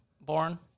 born